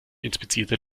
inspizierte